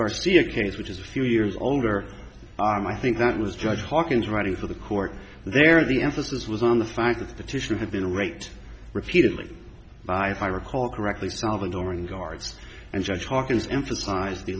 garcia case which is a few years older i think that was judge hawkins writing to the court there the emphasis was on the fact that the tissue had been raped repeatedly by high recall correctly salvadoran guards and judge hawkins emphasized the